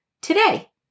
today